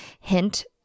hint